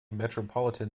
metropolitan